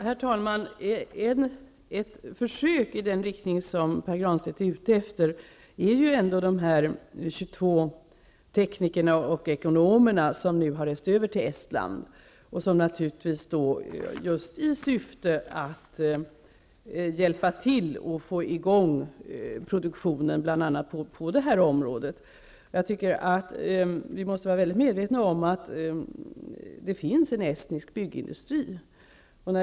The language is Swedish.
Herr talman! Ett försök i den riktning som Pär Granstedt är ute efter är de 22 tekniker och ekonomer som nu har rest över till Estland, just i syfte att hjälpa till och få i gång produktionen bl.a. på det här området. Jag tycker att vi måste vara mycket medvetna om att det finns en estnisk byggindustri.